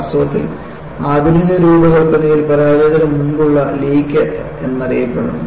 വാസ്തവത്തിൽ ആധുനിക രൂപകൽപ്പനയിൽ പരാജയത്തിന് മുമ്പുള്ള ലീക്ക് എന്നറിയപ്പെടുന്നു